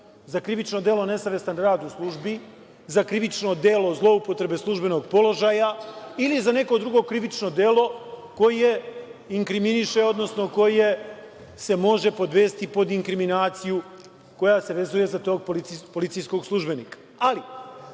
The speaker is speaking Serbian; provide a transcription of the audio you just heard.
za krivično delo nesavestan rad u službi, za krivično delo zloupotrebe službenog položaja ili za neko drugo krivično delo koje inkriminiše, odnosno koje se može podvesti pod inkriminaciju koja se vezuje za tog policijskog službenika.